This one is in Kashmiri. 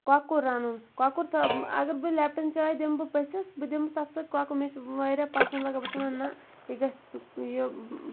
کۄکُر رَنُن کۄکُر تھاو اگر بہٕ لیٚپٹَن چاے دِمہٕ بہٕ پٔژھِس بہٕ دمہٕ تتھ سۭتۍ کۄکُر مےٚ چھُ واریاہ پَسَنٛد لَگان بہٕ چھَس وَنان نہَ یہِ گَژھِ یہِ